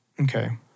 Okay